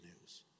news